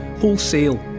wholesale